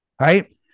right